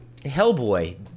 Hellboy